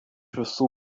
visų